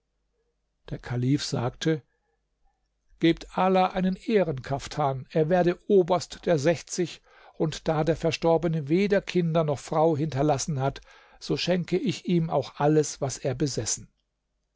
der kalif sagte gebt ala einen ehrenkaftan er werde oberst der sechzig und da der verstorbene weder kinder noch frau hinterlassen hat so schenke ich ihm auch alles was er besessen